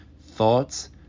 Thoughts